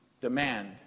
demand